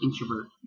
introvert